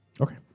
Okay